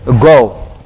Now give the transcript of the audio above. go